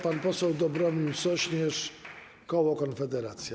Pan poseł Dobromir Sośnierz, koło Konfederacja.